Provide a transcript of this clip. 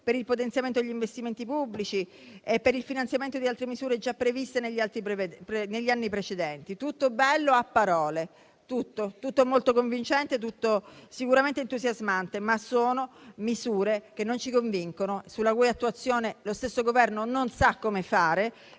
per il potenziamento degli investimenti pubblici e per il finanziamento di altre misure già previste negli anni precedenti. Tutto bello a parole, tutto molto convincente, tutto sicuramente entusiasmante, ma sono misure che non ci convincono e sulla cui attuazione lo stesso Governo non sa come fare,